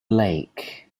lake